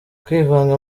kwivanga